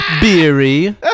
Beery